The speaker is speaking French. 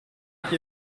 qui